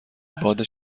باد